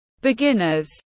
beginners